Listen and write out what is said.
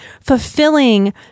fulfilling